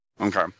Okay